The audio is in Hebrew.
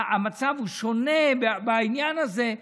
המצב הוא שונה בעניין הזה.